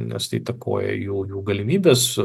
nes tai įtakoja jų jų galimybes